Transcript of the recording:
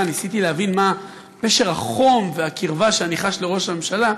ניסיתי להבין מה פשר החום והקרבה שאני חש לראש הממשלה,